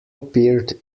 appeared